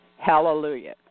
Hallelujah